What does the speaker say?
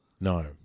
No